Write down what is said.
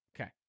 Okay